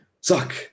suck